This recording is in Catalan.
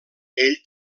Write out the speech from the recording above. ell